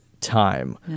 time